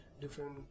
different